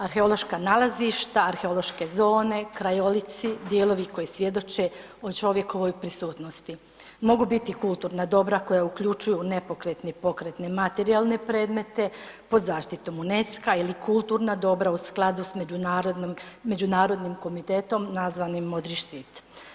Arheološka nalazišta, arheološke zone, krajolici, dijelovi koji svjedoče o čovjekovoj prisutnosti mogu biti kulturna dobra koja uključuju nepokretne i pokretne materijalne predmete pod zaštitom UNESCO-a ili kulturna dobra u skladu s međunarodnim komitetom nazvanim Modri štit.